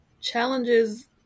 Challenges